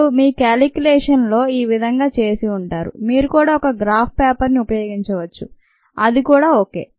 మీరు మీ కాలిక్యులేషన్లో ఈ విధంగా చేసి ఉంటారు మీరు కూడా ఒక గ్రాఫ్ పేపర్ ని ఉపయోగించవచ్చు అది కూడా ఓకే